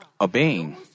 obeying